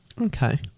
okay